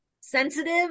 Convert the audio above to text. sensitive